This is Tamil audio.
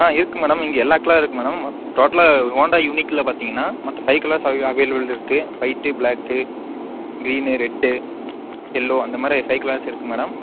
ஆ இருக்குது மேடம் இங்கே எல்லா கலரும் இருக்குது மேடம் டோட்டலாக ஹோண்டா யுனிக்கில் பார்த்தீங்கன்னா மொத்தம் ஃபை கலர்ஸ் அவை அவைலபிள் இருக்குது ஒயிட்டு ப்ளாக்கு க்ரீன்னு ரெட்டு எல்லோ அந்தமாதிரி ஃபை கலர்ஸ் இருக்குது மேடம்